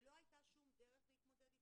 ולא הייתה שום דרך להתמודד איתן.